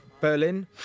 Berlin